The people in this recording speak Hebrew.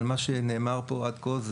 מה שנאמר פה עד כה,